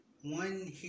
One